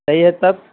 صحیح ہے تب